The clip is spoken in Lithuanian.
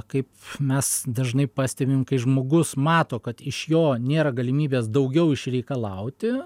kaip mes dažnai pastebim kai žmogus mato kad iš jo nėra galimybės daugiau išreikalauti